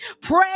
Pray